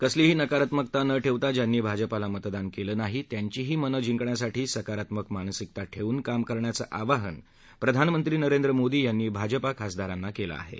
कसलीही नकारात्मकता न ठव्व्ना ज्यांनी भाजपाला मतदान कलि नाही त्यांचीही मनं जिंकण्यासाठी सकारात्मक मानसिकता ठर्घूने काम करण्याचं आवाहन प्रधानमंत्री नरेंद्र मोदी यांनी भाजपा खासदारांना कलि आहा